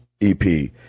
EP